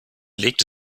legte